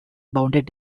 bounded